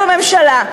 בממשלה.